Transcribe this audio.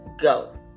go